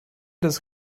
das